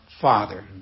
Father